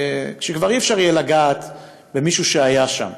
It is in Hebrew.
כשכבר אי-אפשר יהיה לגעת במישהו שהיה שם,